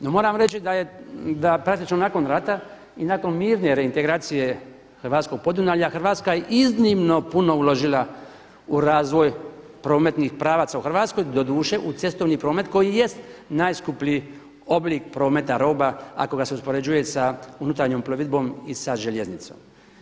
No moram reći da je, da praktički nakon rata i nakon mirne reintegracije Hrvatskog Podunavlja Hrvatska je iznimno puno uložila u razvoj prometnih pravaca u Hrvatskoj, doduše u cestovni promet koji jest najskuplji oblik prometa roba ako ga se uspoređuje sa unutarnjom plovidbom i sa željeznicom.